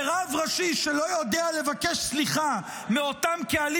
ורב ראשי שלא יודע לבקש סליחה מאותם קהלים